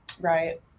Right